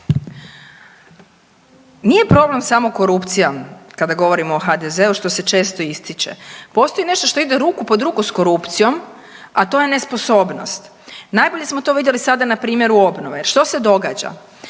Nije problem samo korupcija kada govorimo o HDZ-u, što se često ističe. Postoji nešto što ide ruku pod ruku s korupcijom, a to je nesposobnost. Najbolje smo to vidjeli sada na primjeru obnove jer što se događa?